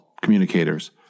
communicators